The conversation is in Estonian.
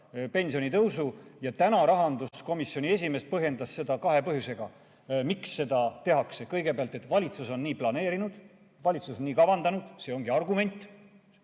edasi lükata ja täna rahanduskomisjoni esimees põhjendas kahe põhjusega, miks seda tehakse. Kõigepealt, valitsus on nii planeerinud, valitsus on nii kavandanud. See ongi argument.